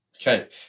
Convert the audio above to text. Okay